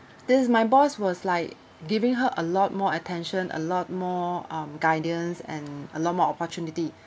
this is my boss was like giving her a lot more attention a lot more um guidance and a lot more opportunity